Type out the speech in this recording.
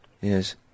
Yes